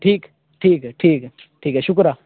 ٹھیک ٹھیک ہے ٹھیک ہے ٹھیک ہے شکریہ